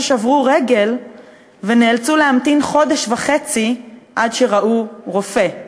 אסירים ששברו רגל ונאלצו להמתין חודש וחצי עד שראו רופא.